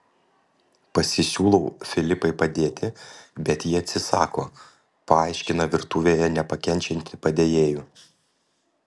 pasisiūlau filipai padėti bet ji atsisako paaiškina virtuvėje nepakenčianti padėjėjų